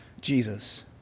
Jesus